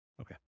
Okay